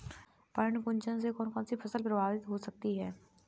पर्ण कुंचन से कौन कौन सी फसल प्रभावित हो सकती है?